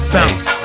Bounce